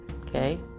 okay